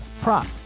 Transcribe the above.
prop